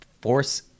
force